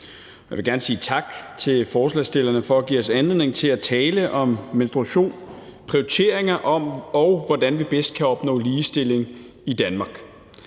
Jeg vil gerne sige tak til forslagsstillerne for at give os anledning til at tale om menstruation og prioriteringerne om, hvordan vi bedst kan opnå ligestilling i Danmark.